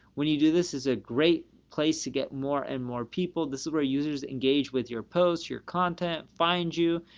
when you do this is a great place to get more and more people, this is where users engage with your posts, your content, find you.